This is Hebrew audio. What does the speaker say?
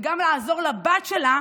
וגם לעזור לבת שלה